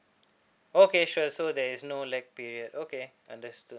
okay sure so there is no lag period okay understood